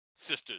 sisters